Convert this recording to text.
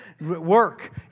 Work